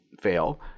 fail